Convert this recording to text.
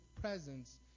presence